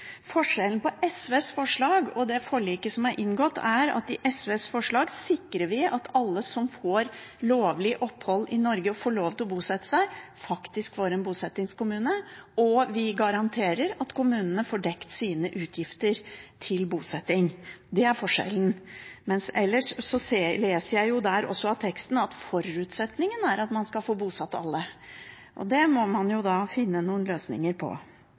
Forskjellen på SVs forslag og det forliket som er inngått, er at med SVs forslag sikrer vi at alle som får lovlig opphold i Norge og får lov til å bosette seg, faktisk får en bosettingskommune, og vi garanterer at kommunene får dekket sine utgifter til bosetting. Det er forskjellen. Ellers leser jeg også av teksten at forutsetningen er at man skal få bosatt alle, og det må man jo da finne noen løsninger på.